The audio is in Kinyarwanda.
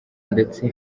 ndetse